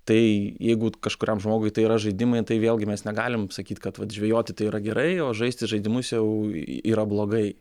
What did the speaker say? tai jeigu kažkuriam žmogui tai yra žaidimai tai vėlgi mes negalim sakyt kad vat žvejoti tai yra gerai o žaisti žaidimus jau yra blogai